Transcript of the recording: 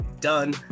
done